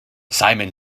simon